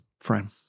frame